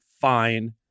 fine